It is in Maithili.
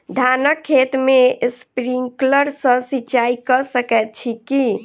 धानक खेत मे स्प्रिंकलर सँ सिंचाईं कऽ सकैत छी की?